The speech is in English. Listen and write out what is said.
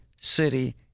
city